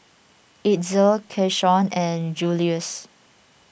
Itzel Keshawn and Juluis